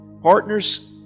partners